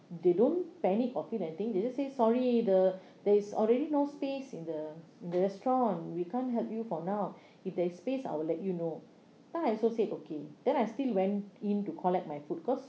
they don't panic of it I think they just say sorry the there is already no space in the in the restaurant we can't help you for now if there's space I'll let you know then I also said okay then I still went in to collect my food because